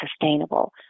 sustainable